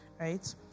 right